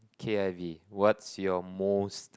K_I_V what's your most